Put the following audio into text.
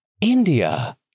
India